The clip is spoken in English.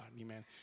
Amen